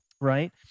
right